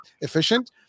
efficient